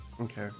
Okay